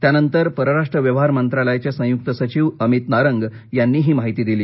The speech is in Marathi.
त्यानंतर परराष्ट्र व्यवहार मंत्रालयाचे संयुक्त सचिव अमित नारंग यांनी ही माहिती दिली